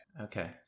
okay